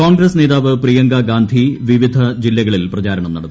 കോൺഗ്രസ് നേതാവ് പ്രിയങ്കഗാന്ധി വിവിധ ജില്ലകളിൽ പ്രചാരണം നടത്തി